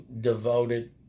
devoted